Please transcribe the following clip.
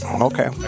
Okay